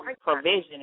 provision